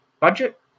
budget